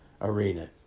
arena